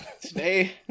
today